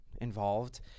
involved